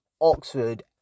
oxford